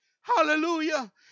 Hallelujah